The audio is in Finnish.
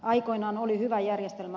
aikoinaan oli hyvä järjestelmä